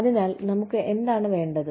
അതിനാൽ നമുക്ക് എന്താണ് വേണ്ടത്